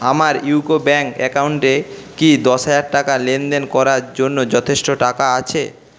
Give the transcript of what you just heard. আমার UCO bank অ্যাকাউন্টে কি দশ হাজার টাকা লেন দেন করার জন্য যথেষ্ট টাকা আছে